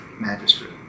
magistrate